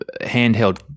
handheld